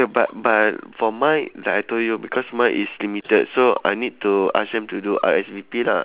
ya but but for mine like I told you because mine is limited so I need to ask them to do R_S_V_P lah